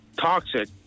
toxic